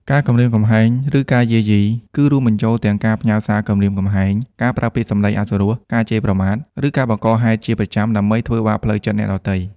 ការគំរាមកំហែង ឬការយាយីគឺ រួមបញ្ចូលទាំងការផ្ញើសារគំរាមកំហែង ការប្រើពាក្យសំដីអសុរោះ ការជេរប្រមាថ ឬការបង្កហេតុជាប្រចាំដើម្បីធ្វើបាបផ្លូវចិត្តអ្នកដទៃ។